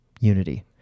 unity